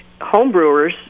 homebrewers